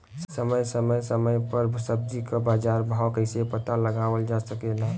समय समय समय पर सब्जी क बाजार भाव कइसे पता लगावल जा सकेला?